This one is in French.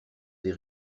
des